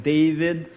David